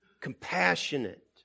compassionate